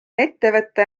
ettevõte